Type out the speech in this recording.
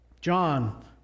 John